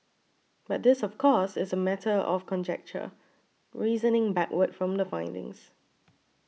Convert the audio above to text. but this of course is a matter of conjecture reasoning backward from the findings